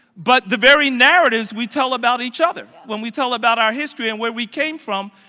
but the very narratives we tell about each other when we tell about our history and where we came from,